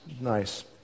nice